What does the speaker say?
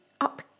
up-